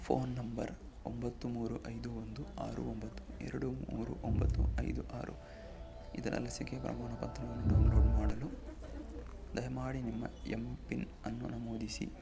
phone number ಒಂಬತ್ತು ಮೂರು ಐದು ಒಂದು ಆರು ಒಂಬತ್ತು ಎರಡು ಮೂರು ಒಂಬತ್ತು ಐದು ಆರು ಇದರ ಲಸಿಕೆ ಪ್ರಮಾಣಪತ್ರವನ್ನು ಡೌನ್ಲೋಡ್ ಮಾಡಲು ದಯಮಾಡಿ ನಿಮ್ಮ ಎಂ ಪಿನ್ ಅನ್ನು ನಮೂದಿಸಿ